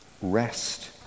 rest